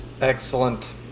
Excellent